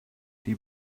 die